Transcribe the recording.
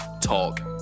Talk